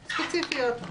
ספציפיות,